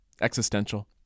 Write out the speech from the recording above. existential